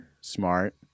smart